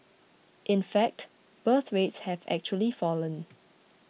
in fact birth rates have actually fallen